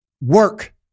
work